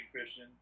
Christian